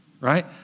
Right